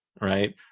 right